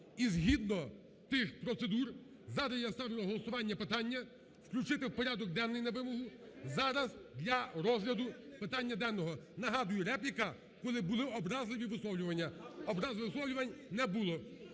І згідно тих процедур зараз я ставлю на голосування питання включити в порядок денний на вимогу зараз для розгляду питання денного. Нагадую, репліка, коли були образливі висловлювання. Образливих висловлювань не було.